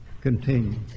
continue